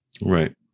Right